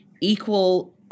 equal